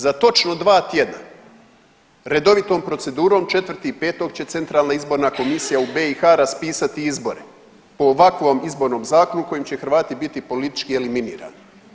Za točno 2 tjedna redovitom procedurom 4.5. će centralna izborna komisija u BiH raspisati izbore po ovakvom Izbornom zakonu kojim će Hrvati biti politički eliminirani.